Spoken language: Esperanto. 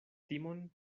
timon